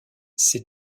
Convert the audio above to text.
ces